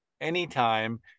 anytime